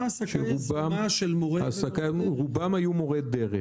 שרובם היו מורי דרך.